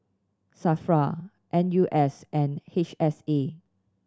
SAFRA N U S and H S A